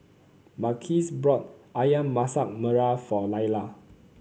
Marquise brought ayam Masak Merah for Lailah